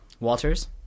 Walters